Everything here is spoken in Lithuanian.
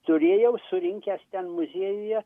turėjau surinkęs ten muziejuje